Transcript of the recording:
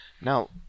Now